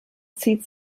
zieht